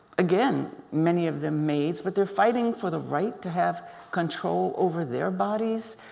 again, many of them maids, but they're fighting for the right to have control over their bodies.